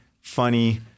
funny